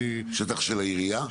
שטח של העירייה?